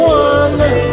one